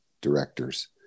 directors